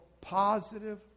positive